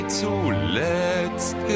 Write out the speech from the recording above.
zuletzt